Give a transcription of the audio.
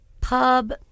pub